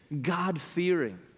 God-fearing